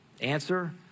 Answer